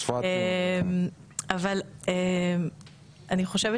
אני חושבת